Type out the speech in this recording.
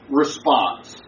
response